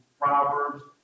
Proverbs